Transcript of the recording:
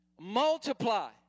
multiply